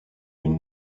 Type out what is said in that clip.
une